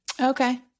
Okay